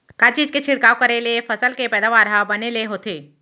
का चीज के छिड़काव करें ले फसल के पैदावार ह बने ले होथे?